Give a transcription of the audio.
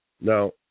Now